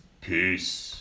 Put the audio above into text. Peace